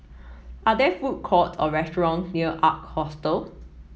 are there food courts or restaurant near Ark Hostel